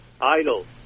idle